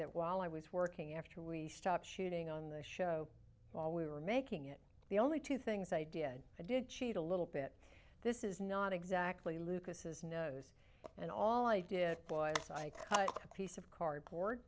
that while i was working after we stopped shooting on the show while we were making it the only two things i did i did cheat a little bit this is not exactly lucas's nose and all i did boy i cut a piece of cardboard